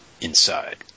inside